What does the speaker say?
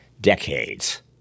decades